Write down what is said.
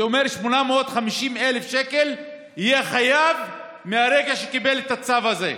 זה אומר: 850,000 שקל הוא יהיה חייב מהרגע שקיבל את הצו הזה.